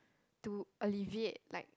to alleviate like